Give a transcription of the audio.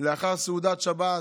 לאחר סעודת שבת,